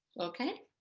okay?